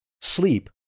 sleep